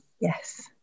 Yes